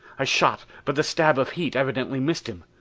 i shot, but the stab of heat evidently missed him.